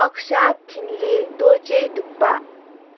Aqsa Thinley Dorje Dukpa